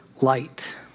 light